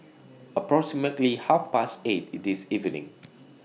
approximately Half Past eight This evening